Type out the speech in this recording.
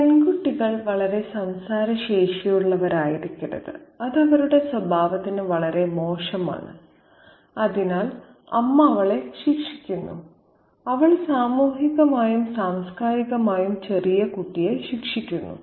പെൺകുട്ടികൾ വളരെ സംസാരശേഷിയുള്ളവരായിരിക്കരുത് അത് അവരുടെ സ്വഭാവത്തിന് വളരെ മോശമാണ് അതിനാൽ അമ്മ അവളെ ശിക്ഷിക്കുന്നു അവൾ സാമൂഹികമായും സാംസ്കാരികമായും ചെറിയ കുട്ടിയെ ശിക്ഷിക്കുന്നു